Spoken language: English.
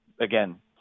again